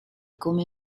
come